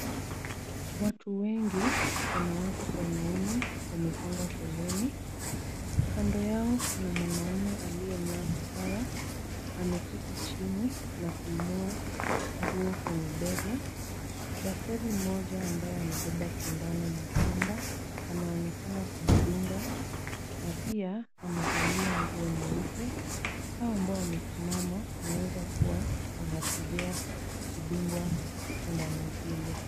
Watu wengi wanawake kwa wanaume, wamepanga foleni. Kando yao kuna mwanaume aliyenyoa kipara, ameketi chini na kuinua nguo kwenye bega. Daktari mmoja ambaye amebeba sindano na pamba, anaonekana kumdunga na pia amevalia nguo nyeupe. Hao ambao wamesimama wanaweza kuwa wanategea kudungwa sindano hili.